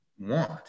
want